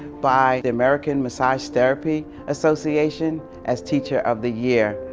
by the american massage therapy association, as teacher of the year,